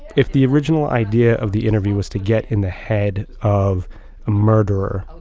if the original idea of the interview was to get in the head of a murderer,